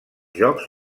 jocs